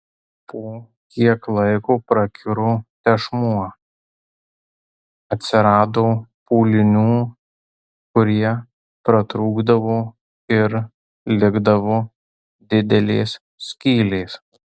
po kiek laiko prakiuro tešmuo atsirado pūlinių kurie pratrūkdavo ir likdavo didelės skylės